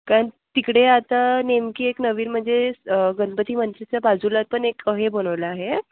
कारण तिकडे आता नेमकी एक नवीन म्हणजे गणपती मंदिरच्या बाजूला पण एक हे बनवलं आहे